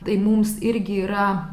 tai mums irgi yra